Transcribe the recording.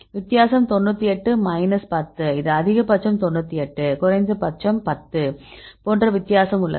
வித்தியாசம் 98 மைனஸ் 10 இது அதிகபட்சம் 98 குறைந்தபட்சம் 10 என்ற வித்தியாசம் உள்ளது